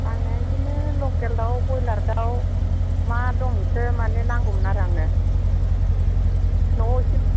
नांनाया बिदिनो लकेल दाउ बयलार दाउ मा दं बेखौ मानि नांगौमोन आरो आंनो न'वाव एसे